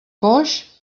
coix